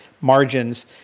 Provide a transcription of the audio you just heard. margins